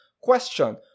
question